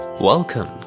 Welcome